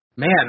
Man